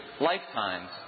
lifetimes